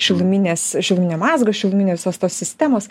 šiluminės šiluminio mazgo šiluminės visos tos sistemos